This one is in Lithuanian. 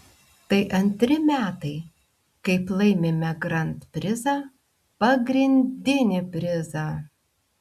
tai antri metai kaip laimime grand prizą pagrindinį prizą